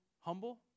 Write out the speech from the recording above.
humble